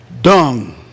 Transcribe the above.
Dung